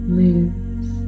moves